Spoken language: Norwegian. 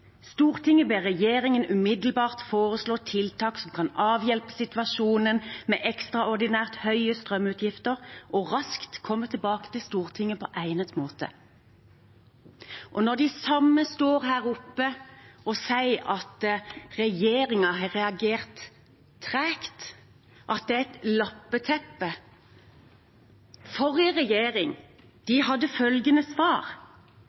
Stortinget følgende vedtak: «Stortinget ber regjeringen umiddelbart foreslå tiltak som kan avhjelpe situasjonen med ekstraordinært høye strømutgifter, og raskt komme tilbake til Stortinget på egnet måte.» Nå står de samme her oppe og sier at regjeringen har reagert tregt, og at det er et lappeteppe. Forrige regjering hadde følgende svar: